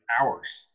hours